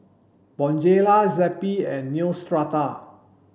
Bonjela Zappy and Neostrata